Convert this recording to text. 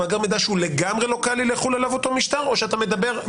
הוא מאגר מידע שהוא לגמרי -- יחול עליו אותו משטר או שאתה מדבר,